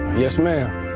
yes, ma'am.